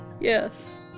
Yes